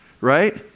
right